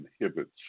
inhibits